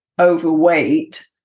overweight